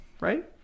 right